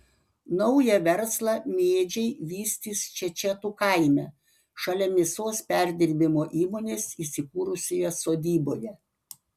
naują verslą mėdžiai vystys čečetų kaime šalia mėsos perdirbimo įmonės įsikūrusioje sodyboje